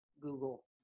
Google